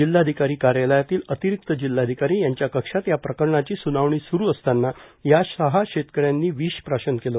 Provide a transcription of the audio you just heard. जिल्हाधिकारी कार्यालयातील अतिरिक्त जिल्हाधिकारी यांच्या कक्षात या प्रकरणाची स्नावणी स्रू असतांना या सहा शेतकऱ्यांनी विष प्राशन केले